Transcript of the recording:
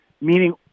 meaning